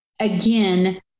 again